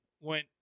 went